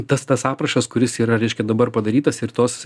tas tas aprašas kuris yra reiškia dabar padarytas ir tos